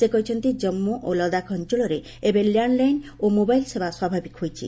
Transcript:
ସେ କହିଛନ୍ତି ଜାନ୍ଧ ଓ ଲଦାଖ ଅଞ୍ଚଳରେ ଏବେ ଲ୍ୟାଣ୍ଡଲାଇନ୍ ଓ ମୋବାଇଲ୍ ସେବା ସ୍ନାଭାବିକ ହୋଇଛି